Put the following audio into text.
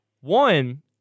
One